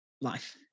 life